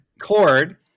cord